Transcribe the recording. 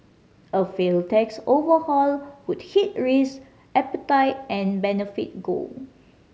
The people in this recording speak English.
a failed tax overhaul would hit risk appetite and benefit gold